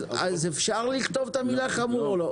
אפשר לכתוב את המילה "חמור" או לא?